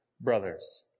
brothers